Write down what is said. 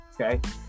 Okay